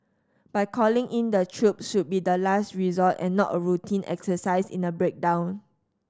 but calling in the troops should be the last resort and not a routine exercise in a breakdown